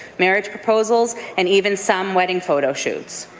marriage proposals, and even some wedding photo shoots.